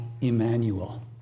Emmanuel